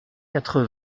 quatre